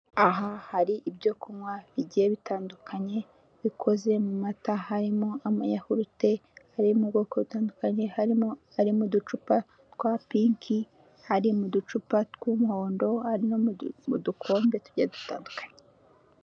Aha hari ibyo kunywa bigiye bitandukanye bikoze mu mata harimo amayahurute ari mu bwoko butandukanye, harimo ari mu ducupa twa pinki, hari mu ducupa tw'umuhondo, hari no mu dukombe tugiye dutandukanye.